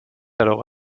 alors